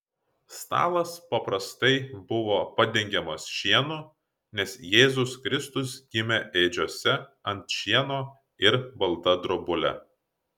stalas paprastai buvo padengiamas šienu nes jėzus kristus gimė ėdžiose ant šieno ir balta drobule